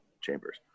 chambers